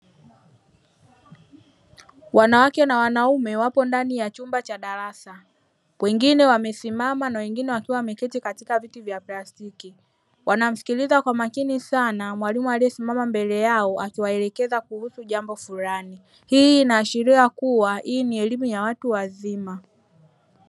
Wanawake na wanaume wako ndani ya chumba cha darasa, wengine wamesimama na wengine wakiwa wameketi katika viti vya plastiki, wanamsikiliza kwa makini sana mwalimu aliyesimama mbele yao akiwaelekeza kuhusu jambo fulani. Hii inaashiria kuwa hii ni elimu ya watu wazima.